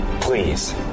Please